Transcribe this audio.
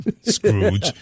Scrooge